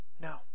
No